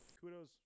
Kudos